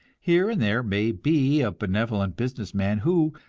here there may be a benevolent business man who,